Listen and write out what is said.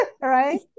right